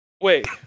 wait